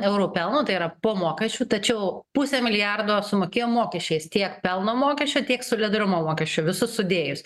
eurų pelno tai yra po mokesčių tačiau pusę milijardo sumokėjo mokesčiais tiek pelno mokesčiu tiek solidarumo mokesčiu visus sudėjus